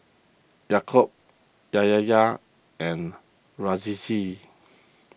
Yaakob and Rizqi